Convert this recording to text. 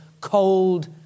cold